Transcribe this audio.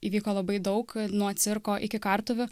įvyko labai daug nuo cirko iki kartuvių